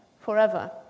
forever